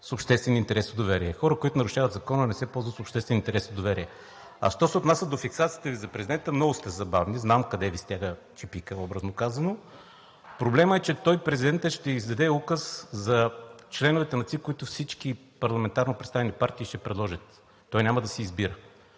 с обществен интерес и доверие. Хора, които нарушават закона, не се ползват с обществен интерес и доверие. А що се отнася до фиксацията Ви за президента, много сте забавни. Знам къде Ви стяга чепикът, образно казано. Проблемът е, че той, президентът, ще издаде указ за членовете на ЦИК, които всички парламентарно представени партии ще предложат, той няма да си избира.